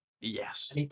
yes